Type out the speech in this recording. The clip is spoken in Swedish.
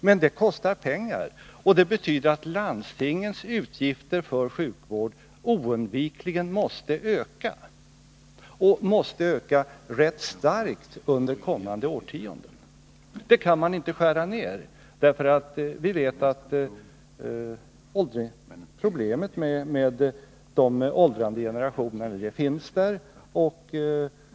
Men det kostar pengar, och det betyder att landstingens utgifter för sjukvård oundvikligen måste öka, t.o.m. öka ganska kraftigt under kommande årtionden. Dessa kostnader kan vi inte skära ned, då vi vet att vi har problemet med de åldrande generationerna.